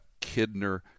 Kidner